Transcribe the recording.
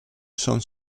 son